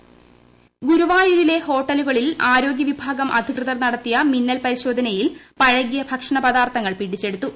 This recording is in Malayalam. ഹോട്ടൽ മിന്നൽ പരിശോധന ഗുരുവായൂരിലെ ഹോട്ടലുകളിൽ ആരോഗ്യവിഭാഗം അധികൃ തർ നടത്തിയ മിന്നൽ പരിശോധനയിൽ പഴകിയ ഭക്ഷണപദാർത്ഥങ്ങൾ പിടിച്ചെടുത്തു